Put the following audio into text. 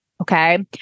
Okay